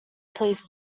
pleased